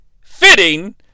fitting